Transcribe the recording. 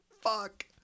Fuck